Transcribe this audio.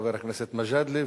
חבר הכנסת מג'אדלה,